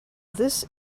this